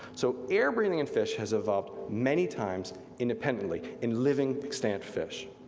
so air breathing in fish has evolved many times independently in living extant fish.